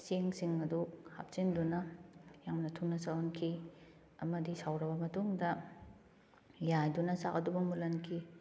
ꯆꯦꯡꯁꯤꯡ ꯑꯗꯨ ꯍꯥꯞꯆꯤꯟꯗꯨꯅ ꯌꯥꯝꯅ ꯊꯨꯅ ꯁꯧꯍꯟꯈꯤ ꯑꯃꯗꯤ ꯁꯧꯔꯕ ꯃꯇꯨꯡꯗ ꯌꯥꯏꯗꯨꯅ ꯆꯥꯛ ꯑꯗꯨꯕꯨ ꯃꯨꯜꯍꯟꯈꯤ